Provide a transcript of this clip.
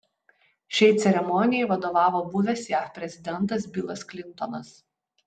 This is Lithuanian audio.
šiai ceremonijai vadovavo buvęs jav prezidentas bilas klintonas